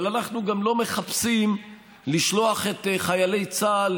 אבל אנחנו גם לא מחפשים לשלוח את חיילי צה"ל